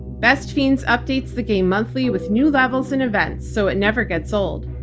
best fiends updates the game monthly with new levels and events, so it never gets old.